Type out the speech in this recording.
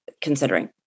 considering